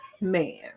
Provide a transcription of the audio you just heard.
man